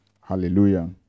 hallelujah